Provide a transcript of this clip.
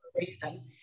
reason